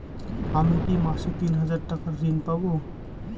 আমি কি মাসে তিন হাজার টাকার ঋণ পাবো?